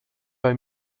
bei